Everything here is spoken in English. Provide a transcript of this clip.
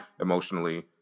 emotionally